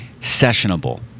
Sessionable